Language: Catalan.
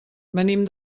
venim